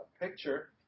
picture